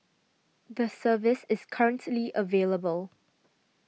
the service is currently available